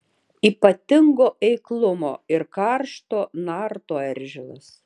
ypatingo eiklumo ir karšto narto eržilas